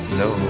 no